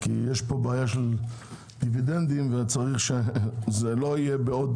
כי יש פה בעיה של דיבידנים וצריך שזה לא יהיה בעוד